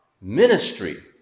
ministry